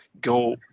go